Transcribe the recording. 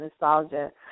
nostalgia